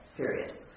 period